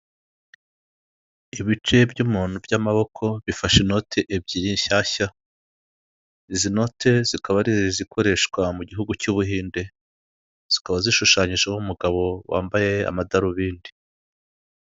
Inzu igeretse inshuro nyinshi aho ifite ibirahure by'umukara ndetse isize amabara y'umuhondo ndetse n'umweru, aho hariho icyapa cyanditseho agaciro, imbere yaho hari ibiti ndetse na jaride, aho iyo nzu itangirwamo serivise zitandukanye.